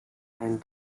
and